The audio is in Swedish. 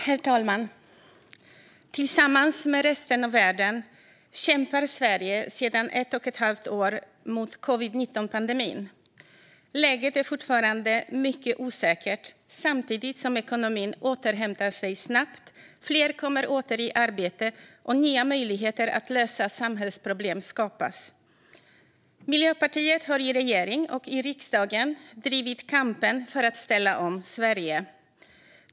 Herr talman! Tillsammans med resten av världen kämpar Sverige sedan ett och ett halvt år mot covid-19-pandemin. Läget är fortfarande mycket osäkert samtidigt som ekonomin återhämtar sig snabbt, fler kommer åter i arbete och nya möjligheter att lösa samhällsproblem skapas. Miljöpartiet har i regeringen och i riksdagen drivit kampen för att ställa om Sverige.